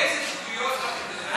די, איזה שטויות את מדברת, חבל על הזמן.